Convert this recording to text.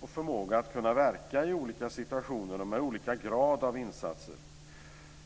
och förmåga att verka i olika situationer och med olika grad av insatser.